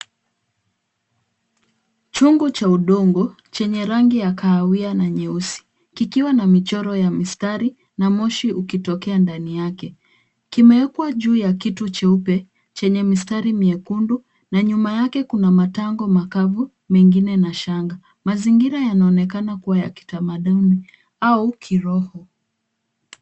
Chungu cha udongo, chenye rangi ya kahawia na nyeusi kikiwa na michoro ya mistari na moshi ukitokea ndani yake. Kimeekwa juu ya kitu cheupe chenye mistari miekundu na nyuma yake kuna matango makavu mengine na shanga. Mazingira yanaonekana kuwa ya kitamaduni au kiroho.